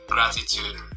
Gratitude